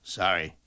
sorry